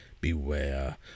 beware